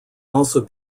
also